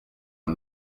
ubu